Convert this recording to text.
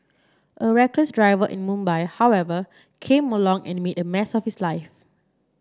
a reckless driver in Mumbai however came along and made a mess of his life